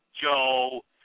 Joe